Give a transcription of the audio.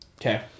Okay